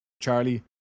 Charlie